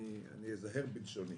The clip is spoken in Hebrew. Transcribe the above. ואזהר בלשוני.